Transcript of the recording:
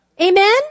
Amen